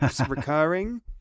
recurring